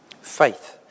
Faith